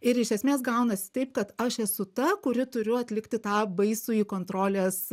ir iš esmės gaunasi taip kad aš esu ta kuri turiu atlikti tą baisųjį kontrolės